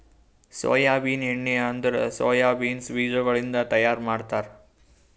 soybean ಎಣ್ಣಿ ಅಂದುರ್ soya beans ಬೀಜಗೊಳಿಂದ್ ತೈಯಾರ್ ಮಾಡ್ತಾರ